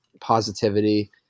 positivity